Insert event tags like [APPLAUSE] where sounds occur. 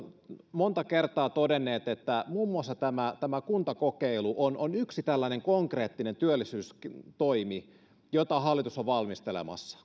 monta kertaa todenneet että muun muassa tämä tämä kuntakokeilu on on yksi tällainen konkreettinen työllisyystoimi jota hallitus on valmistelemassa [UNINTELLIGIBLE]